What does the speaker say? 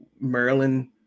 Maryland